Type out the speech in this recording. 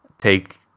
take